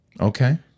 Okay